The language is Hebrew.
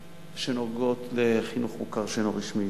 שנוגעות לחינוך מוכר שאינו רשמי,